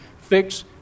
fix